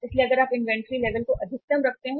इसलिए अगर आप इन्वेंट्री लेवल को अधिकतम रखते हैं